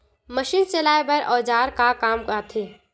Machine चलाए बर औजार का काम आथे?